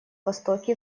востоке